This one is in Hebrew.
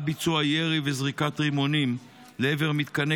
ועד ביצוע ירי וזריקת רימונים לעבר מתקני